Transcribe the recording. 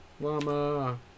llama